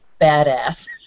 badass